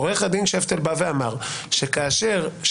עורך הדין שפטל בא ואמר, שלשיטתו,